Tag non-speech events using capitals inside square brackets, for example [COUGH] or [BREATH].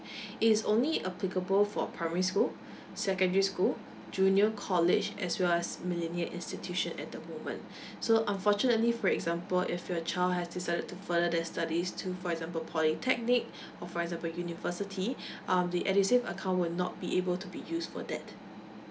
[BREATH] it's only applicable for primary school secondary school junior college as well as millennial institution at the moment [BREATH] so unfortunately for example if your child has decided to further their studies to for example polytechnic or for example university [BREATH] um the edusave account will not be able to be used for that